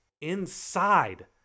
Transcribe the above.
inside